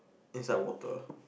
inside water